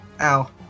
Ow